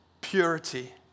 purity